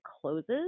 closes